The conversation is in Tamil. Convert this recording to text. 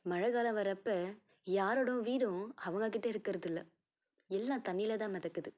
மழைக்காலம் வரப்போ யாரோட வீடும் அவங்கக்கிட்ட இருக்குறதில்லை எல்லாம் தண்ணியில தான் மிதக்குது